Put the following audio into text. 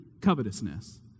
covetousness